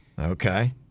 Okay